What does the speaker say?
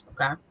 Okay